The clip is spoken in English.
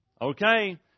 Okay